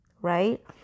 right